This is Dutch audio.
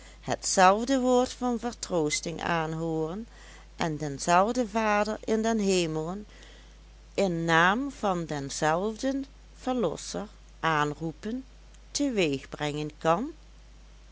hetzelfde woord van vertroosting aanhooren en denzelfden vader in de hemelen in naam van denzelfden verlosser aanroepen teweegbrengen kan